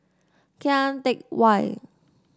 Kian Teck Way